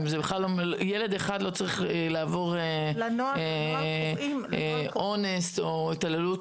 ילד אחד לא צריך לעבור אונס או התעללות,